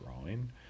drawing